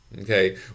Okay